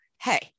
hey